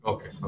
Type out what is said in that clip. Okay